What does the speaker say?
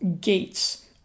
gates